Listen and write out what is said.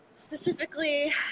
specifically